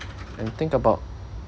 and think about